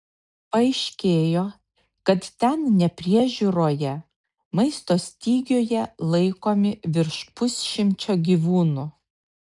paaiškėjo kad ten nepriežiūroje maisto stygiuje laikomi virš pusšimčio gyvūnų